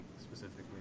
specifically